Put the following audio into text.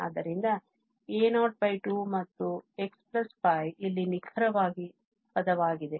ಆದ್ದರಿಂದ a02 ಮತ್ತು xπ ಇಲ್ಲಿ ನಿಖರವಾಗಿ ಪದವಾಗಿದೆ